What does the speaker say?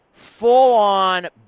full-on